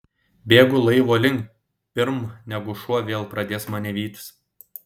bėgu laivo link pirm negu šuo vėl pradės mane vytis